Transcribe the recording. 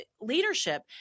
leadership